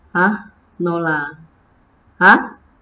!huh! no lah !huh!